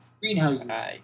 greenhouses